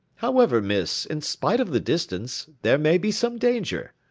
however, miss, in spite of the distance, there may be some danger.